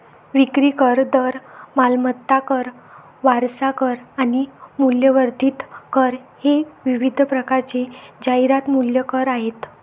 विक्री कर, दर, मालमत्ता कर, वारसा कर आणि मूल्यवर्धित कर हे विविध प्रकारचे जाहिरात मूल्य कर आहेत